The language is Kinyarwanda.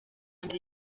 mbere